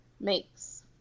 makes